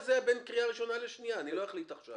לפי השיטה, אתה נותן ולוקח באותו רגע.